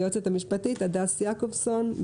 עם היועצת המשפטית הדס יעקובסון,